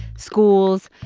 schools.